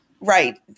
Right